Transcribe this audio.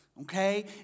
Okay